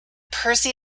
percy